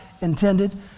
intended